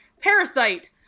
Parasite